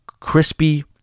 Crispy